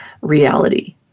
reality